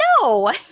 no